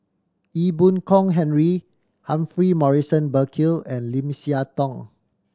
Ee Boon Kong Henry Humphrey Morrison Burkill and Lim Siah Tong